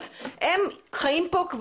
הם עשו פה חתונה יהודית.